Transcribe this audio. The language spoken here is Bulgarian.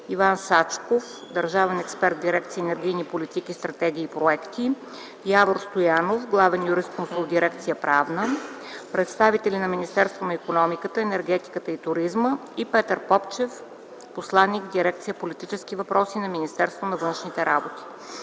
Иван Сачков – държавен експерт в Дирекция „Енергийни политики, стратегии и проекти”, Явор Стоянов – главен юрисконсулт в Дирекция „Правна”, представители на Министерството на икономиката, енергетиката и туризма, и Петър Попчев – посланик в Дирекция „Политически въпроси” на Министерството на външните работи.